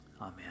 Amen